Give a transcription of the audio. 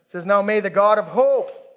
says, now may the god of hope.